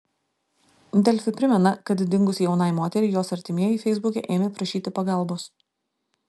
delfi primena kad dingus jaunai moteriai jos artimieji feisbuke ėmė prašyti pagalbos